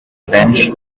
bench